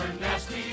nasty